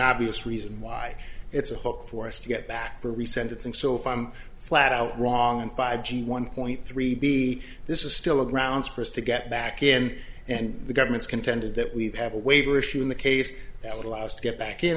obvious reason why it's a hook for us to get back to rescind it's and so if i'm flat out wrong in five g one point three b this is still a grounds for us to get back in and the government's contended that we have a waiver issue in the case that would allow us to get back in